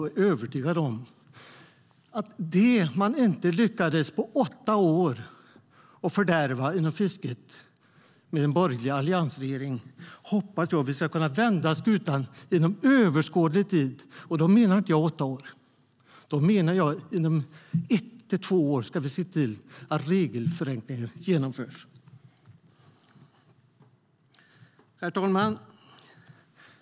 Jag är övertygad om att vi inom överskådlig tid ska kunna vända skutan och rädda det som den borgerliga alliansregeringen inte lyckades fördärva inom fisket på åtta år. Jag menar inte att det ska ske inom åtta år. Jag menar att inom ett till två år ska vi se till att regelförenklingar genomförs. Herr talman!